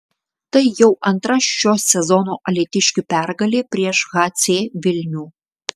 tai jau antra šio sezono alytiškių pergalė prieš hc vilnių